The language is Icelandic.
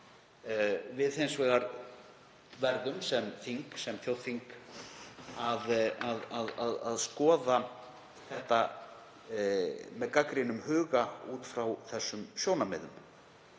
hins vegar sem þing, sem þjóðþing, að skoða þetta með gagnrýnum huga út frá þessum sjónarmiðum.